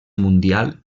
mundial